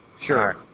Sure